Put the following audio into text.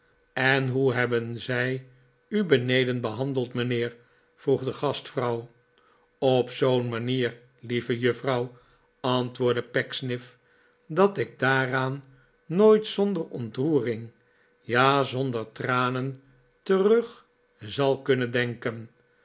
en hoe hebben zij u beneden behandeld mijnheer vroeg de gastvrouw op zoo'n manier lieve juffrouw antwoordde pecksniff dat ik daaraan nooit zonder ontroering ja zonder tranen terug zal kunnen denken